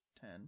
ten